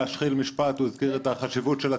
אני גם אתמול הייתי באוהל ונפגשתי עם הנשים שזקוקות לטיפולים